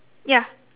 ya